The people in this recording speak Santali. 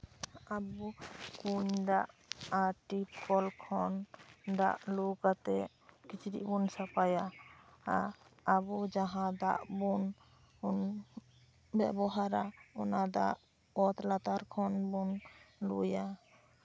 ᱟᱵᱚ ᱠᱩᱧ ᱫᱟᱜ ᱟᱨ ᱴᱤᱯ ᱠᱚᱞ ᱠᱷᱚᱱ ᱫᱟᱜ ᱞᱳ ᱠᱟᱛᱮ ᱠᱤᱪᱨᱤᱡᱽ ᱵᱚᱱ ᱥᱟᱯᱷᱟᱭᱟ ᱟᱵᱚ ᱡᱟᱦᱟᱸ ᱫᱟᱜ ᱵᱚᱱ ᱵᱮᱵᱚᱦᱟᱨᱟ ᱚᱱᱟ ᱫᱟᱜ ᱚᱛ ᱞᱟᱛᱟᱨ ᱠᱷᱚᱱ ᱵᱚᱱ ᱞᱳᱭᱟ